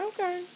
Okay